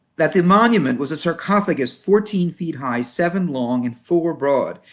that the monument was a sarcophagus fourteen feet high, seven long, and four broad,